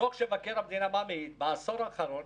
הדוח של מבקר המדינה מעיד שבעשור האחרון